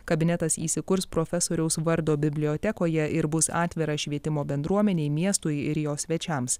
kabinetas įsikurs profesoriaus vardo bibliotekoje ir bus atvira švietimo bendruomenei miestui ir jo svečiams